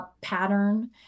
pattern